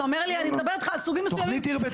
אני מדברת איתך על סוגים של האזנות